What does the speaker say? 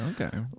Okay